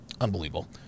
Unbelievable